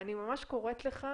אני ממש קוראת לך